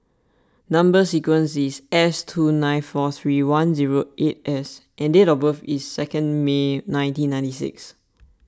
Number Sequence is S two nine four three one zero eight S and date of birth is second May nineteen ninety six